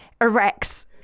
erects